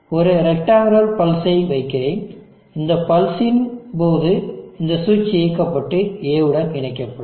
ஒரு ரெக்டேங்க்ங்குளர் பல்சை வைக்கிறேன் இந்த பல்ஸ் இன் போது இந்த சுவிட்ச் இயக்கப்பட்டு A உடன் இணைக்கப்படும்